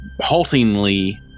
haltingly